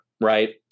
right